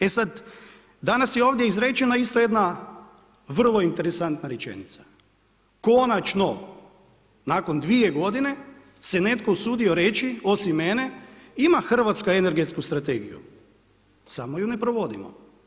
E sad, danas je ovdje izrečena isto jedna vrlo interesantna rečenica, konačno nakon 2 g. se netko usudio reći, osim mene, ima Hrvatska energetsku strategiju, samo ju ne provodimo.